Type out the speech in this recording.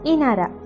Inara